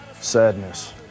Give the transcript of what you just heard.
Sadness